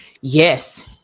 Yes